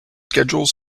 scheduled